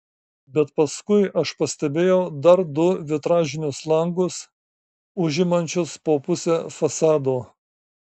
bet paskui aš pastebėjau dar du vitražinius langus užimančius po pusę fasado